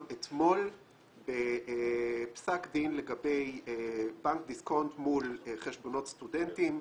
אתמול בפסק דין לגבי בנק דיסקונט מול חשבונות סטודנטים.